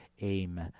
aim